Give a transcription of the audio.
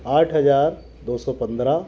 आठ हजार दो सौ पंद्रह